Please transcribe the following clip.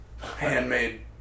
handmade